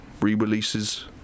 re-releases